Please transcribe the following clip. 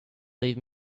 leave